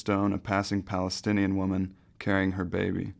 stone a passing palestinian woman carrying her baby